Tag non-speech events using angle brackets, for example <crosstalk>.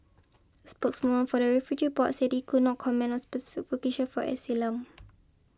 spokeswoman for the refugee board said it could not comment on specific <unintelligible> for asylum